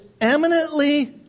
eminently